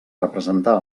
representar